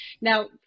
now